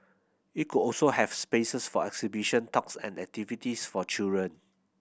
it could also have spaces for exhibition talks and activities for children